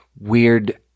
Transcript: weird